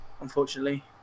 unfortunately